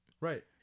Right